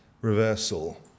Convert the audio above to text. reversal